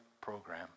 program